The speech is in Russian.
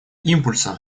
импульса